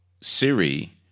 Siri